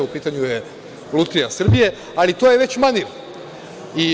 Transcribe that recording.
U pitanju je „Lutrija Srbije“, ali to je već manir.